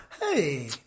hey